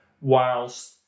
Whilst